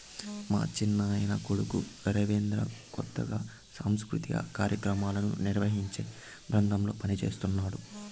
మా చిన్నాయన కొడుకు రవిచంద్ర కొత్తగా సాంస్కృతిక కార్యాక్రమాలను నిర్వహించే బృందంలో పనిజేస్తన్నడు